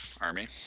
Army